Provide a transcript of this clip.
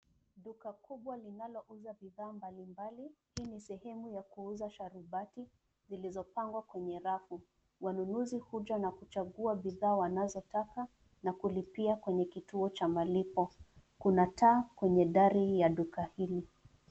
Duka kubwa linalouza bidhaa mbali mbali. Hii ni sehemu ya kuuza sharubati zilizopangwa kwenye rafu. Wanunuzi huja na kuchagua bidhaa wanazotaka na kulipia kwenye kituo cha malipo. Kuna taa kwenye dari ya duka hili.